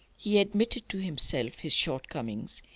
he admitted to himself his shortcomings,